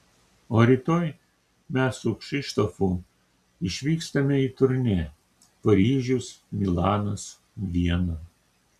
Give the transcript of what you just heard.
o rytoj mes su kšištofu išvykstame į turnė paryžius milanas viena